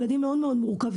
ילדים מאוד מאוד מורכבים.